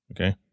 okay